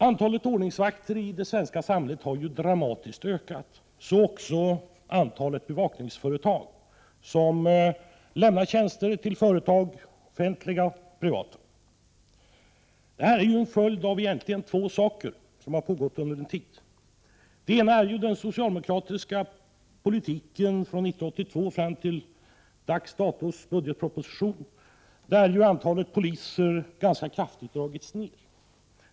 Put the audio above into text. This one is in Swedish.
Antalet ordningsvakter i det svenska samhället har ökat dramatiskt, så också antalet bevakningsföretag som lämnar tjänster till företag, offentliga och privata. Det är en följd av två omständigheter. Det ena är den socialdemokratiska politiken från 1982 fram till årets budgetproposition. Den har inneburit att antalet poliser har dragits ner ganska kraftigt.